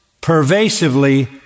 pervasively